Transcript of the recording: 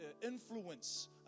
influence